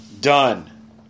Done